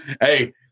Hey